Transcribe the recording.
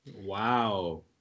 Wow